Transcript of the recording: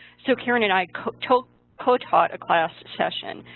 so karen and i co-taught co-taught a class session.